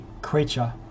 creature